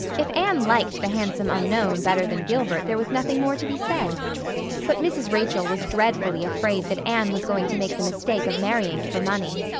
if anne liked the handsome unknown better than gilbert there was nothing more to be said but mrs. rachel was dreadfully afraid that anne was going to make the mistake of marrying for money.